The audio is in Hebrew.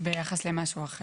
ביחס למשהו אחר.